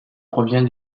provient